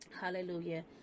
Hallelujah